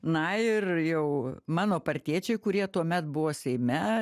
na ir jau mano partiečiai kurie tuomet buvo seime